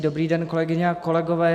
Dobrý den, kolegyně a kolegové.